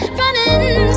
running